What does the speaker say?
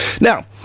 Now